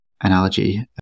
analogy